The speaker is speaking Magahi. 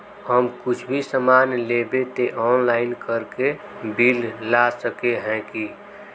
हम कुछ भी सामान लेबे ते ऑनलाइन करके बिल ला सके है की?